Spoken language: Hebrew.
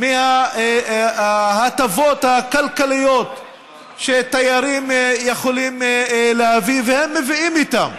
מההטבות הכלכליות שתיירים יכולים להביא והם מביאים איתם.